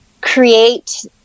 create